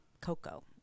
cocoa